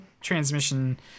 transmission